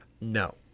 no